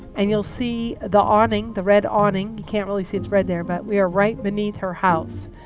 and you'll see the awning the red awning. you can't really see it's red there, but we are right beneath her house.